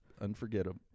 unforgettable